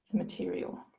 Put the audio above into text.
material.